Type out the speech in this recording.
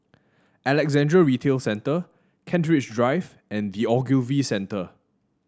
Alexandra Retail Centre Kent Ridge Drive and The Ogilvy Centre